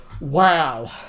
Wow